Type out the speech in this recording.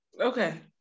Okay